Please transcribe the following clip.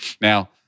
Now